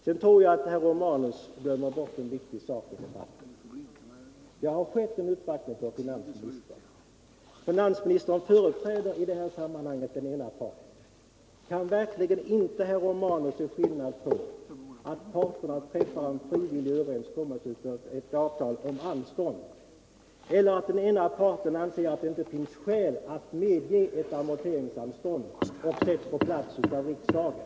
Jag tror att herr Romanus glömmer bort en viktig sak i debatten. Det har nämligen gjorts en uppvaktning hos finansministern, och finansministern företräder i det här sammanhanget den ena parten. Kan verkligen inte herr Romanus se skillnad mellan att parterna träffar ett frivilligt avtal om anstånd och att den ena parten anser att det inte finns skäl att medge ett amorteringsanstånd och sätts på plats av riksdagen?